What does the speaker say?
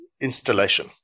installation